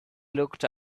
looked